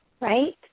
right